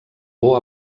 por